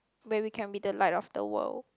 where we can be the light of the world